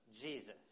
Jesus